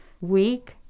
week